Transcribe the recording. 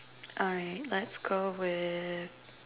alright let's go with